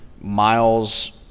Miles –